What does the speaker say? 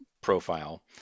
profile